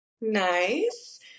Nice